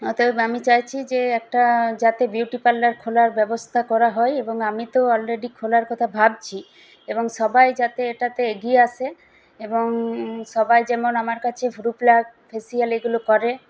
অতএব আমি চাইছি যে একটা যাতে বিউটি পার্লার খোলার ব্যবস্থা করা হয় এবং আমি তো অলরেডি খোলার কথা ভাবছি এবং সবাই যাতে এটাতে এগিয়ে আসে এবং সবাই যেন আমার কাছে ভুরু প্লাক ফেসিয়াল এগুলো করে